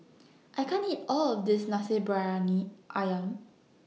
I can't eat All of This Nasi Briyani Ayam